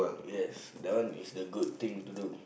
yes that one is the good thing to do